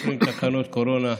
אנחנו מביאים תקנות קורונה,